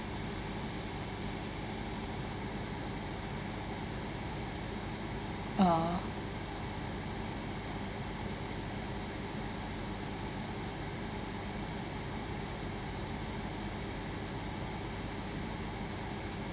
uh